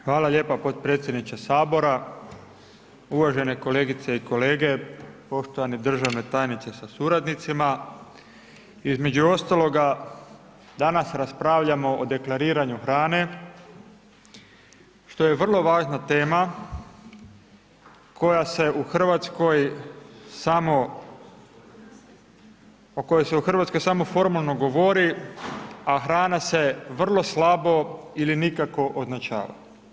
Hvala lijepo potpredsjedniče Sabora, uvažene kolegice i kolege, poštovane državna tajnice sa suradnicima, između ostaloga, danas raspravljamo o deklariranju hrane, što je vrlo važna tema, koja se u Hrvatskoj, samo o kojoj se u Hrvatskoj samo formalno govori, a hrana se vrlo slabo ili nikako označava.